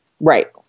right